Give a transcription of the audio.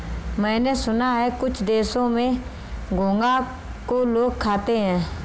मैंने सुना है कुछ देशों में घोंघा को लोग खाते हैं